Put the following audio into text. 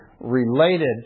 related